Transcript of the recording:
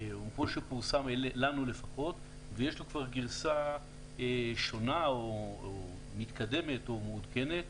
כמו שפורסם לנו לפחות ויש לו כבר גרסה שונה או מתקדמת או מעודכנת,